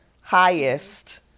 highest